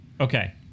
Okay